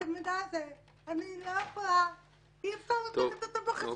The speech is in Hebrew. את המידע הזה אי-אפשר להביא בחשבון,